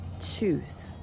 choose